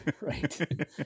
Right